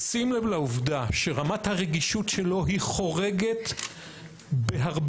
בשים לב לעובדה שרמת הרגישות שלו היא חורגת בהרבה